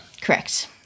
Correct